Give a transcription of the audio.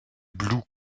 blue